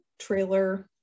trailer